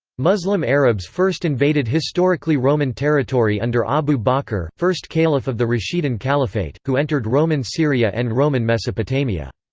muslim arabs first invaded historically roman territory under abu bakr, first caliph of the rashidun caliphate, who entered roman syria and roman mesopotamia.